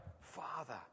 Father